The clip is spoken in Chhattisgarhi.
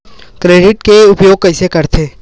क्रेडिट के उपयोग कइसे करथे?